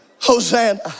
Hosanna